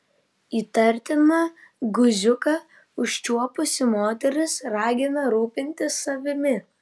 įtartiną guziuką užčiuopusi moteris ragina rūpintis savimi